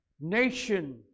nation